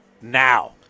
now